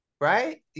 right